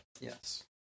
Yes